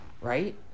Right